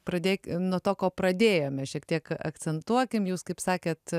pradėk nuo to ko pradėjome šiek tiek akcentuokim jūs kaip sakėt